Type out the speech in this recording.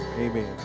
Amen